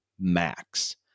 max